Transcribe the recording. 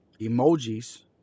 Emojis